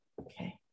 Okay